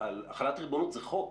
החלת ריבונות זה חוק.